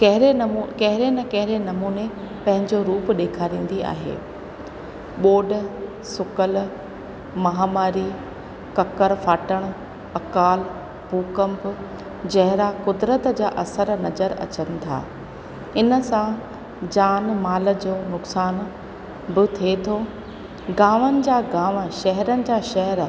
कहिड़े नमू कहिड़े न कहिड़े नमूने पंहिंजो रूप ॾेखारींदी आहे बोड सुकल महामारी ककर फाटण अकाल भूकंप जहिड़ा क़ुदिरत जा असर नज़र अचनि था इन सां जान माल जो नुक़सान बि थिए थो गांवनि जा गांव शहरन जा शहेर